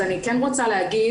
אז אני כן רוצה להגיד,